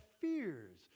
fears